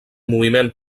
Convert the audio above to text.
moviment